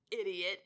idiot